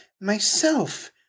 myself